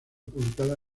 publicada